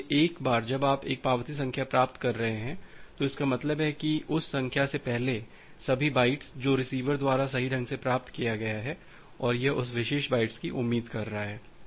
इसलिए एक बार जब आप एक पावती संख्या प्राप्त कर रहे हैं तो इसका मतलब है कि उस संख्या से पहले सभी बाइट्स जो रिसीवर द्वारा सही ढंग से प्राप्त किया गया है और यह उस विशेष बाइट्स की उम्मीद कर रहा है